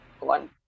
one